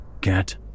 Get